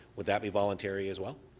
would that be voluntary as well?